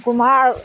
कुम्हार